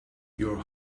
your